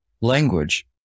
language